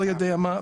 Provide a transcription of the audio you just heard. לא יודע מה,